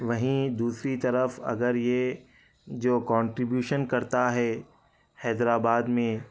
وہیں دوسری طرف اگر یہ جو کونٹریبیوشن کرتا ہے حیدرآباد میں